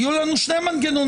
יהיו לנו שני מנגנונים.